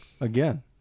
Again